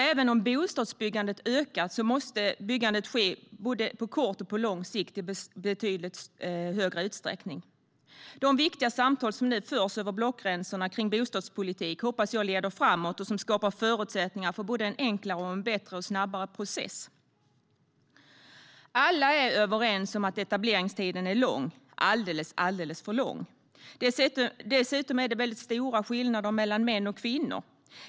Även om bostadsbyggandet ökar måste byggandet ske på både kort och lång sikt i betydligt högre utsträckning. De viktiga samtal som nu förs över blockgränsen kring bostadspolitik hoppas jag leder framåt och skapar förutsättningar för en enklare, bättre och snabbare process. Alla är överens om att etableringstiden är alldeles för lång. Dessutom är det stora skillnader mellan män och kvinnor.